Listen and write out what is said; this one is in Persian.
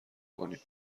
کنیم